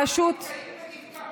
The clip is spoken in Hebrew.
אבל אנחנו נתקעים ונתקעות,